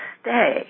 stay